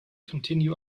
continue